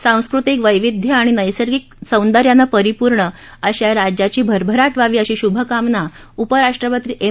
आंस्कृतिक वैविध्य आणि नैसर्गिक सोंदर्यान परिपूर्ण अशा या राज्याची भरभराट व्हावी अशी शुभकामना उपराष्ट्रपती एम